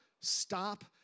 stop